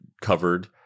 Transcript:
covered